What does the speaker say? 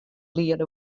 liede